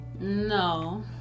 no